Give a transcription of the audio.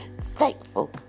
thankful